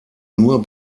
nur